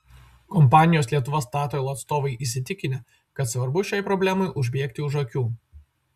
kompanijos lietuva statoil atstovai įsitikinę kad svarbu šiai problemai užbėgti už akių